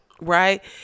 Right